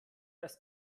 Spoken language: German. als